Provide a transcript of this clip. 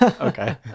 okay